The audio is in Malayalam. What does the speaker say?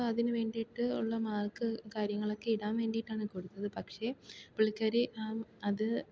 അപ്പം അതിന് വേണ്ടിയിട്ട് ഉള്ള മാർക്ക് കാര്യങ്ങളൊക്കെ ഇടാൻ വേണ്ടിയിട്ടാണ് കൊടുത്തത് പക്ഷേ പുള്ളിക്കാരി അ അത്